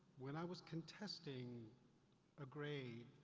when i was contesting a grade